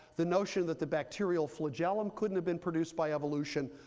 the notion that the bacterial flagellum couldn't have been produced by evolution,